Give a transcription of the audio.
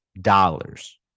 dollars